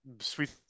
sweet